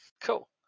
Cool